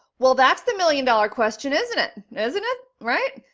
well, that's the million dollar question, isn't it? isn't it? right?